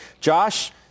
Josh